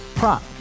Prop